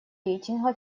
рейтинга